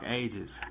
ages